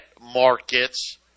markets